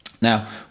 Now